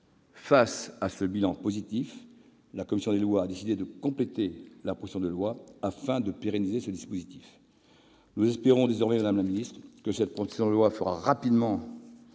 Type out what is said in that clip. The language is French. Face à ce bilan positif, la commission des lois a décidé de compléter la proposition de loi afin de pérenniser le dispositif. Nous espérons désormais, madame la ministre, que cette proposition de loi fera rapidement